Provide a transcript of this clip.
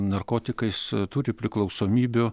narkotikais turi priklausomybių